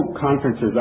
conferences